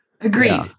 Agreed